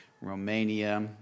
Romania